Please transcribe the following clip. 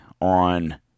on